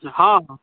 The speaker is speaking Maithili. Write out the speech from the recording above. हँ हँ